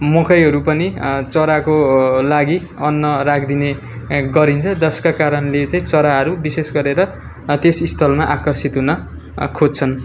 मुकैहरू पनि चराको लागि अन्न राख्दिने गरिन्छ जसका कारणले चराहरू विशेष गरेर त्यस स्थलमा आकर्षित हुन खोज्छन्